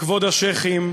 כבוד השיח'ים,